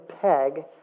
peg